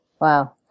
wow